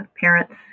parents